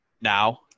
now